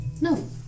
No